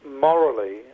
morally